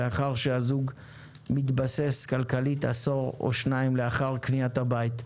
לאחר שהזוג מתבסס כלכלית עשור או שניים לאחר קניית הבית.